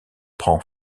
prend